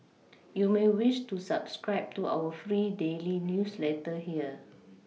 you may wish to subscribe to our free daily newsletter here